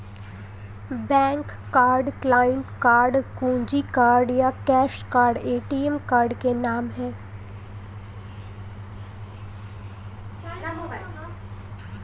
bank card, client card, कुंजी card या cash card ATM card के नाम है